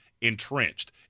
entrenched